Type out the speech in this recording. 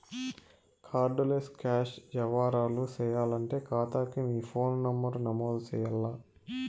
card less cash యవ్వారాలు సేయాలంటే కాతాకి మీ ఫోను నంబరు నమోదు చెయ్యాల్ల